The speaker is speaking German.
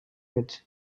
mit